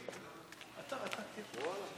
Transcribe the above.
חבר הכנסת מיקי לוי,